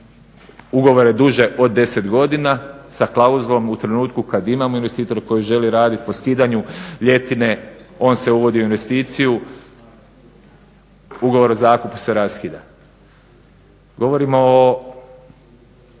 ugovore duže od 10 godina sa klauzulom u trenutku kad imamo investitora koji želi radit. Po skidanju ljetine on se uvodi u investiciju, ugovor o zakupu se raskida. Govorimo o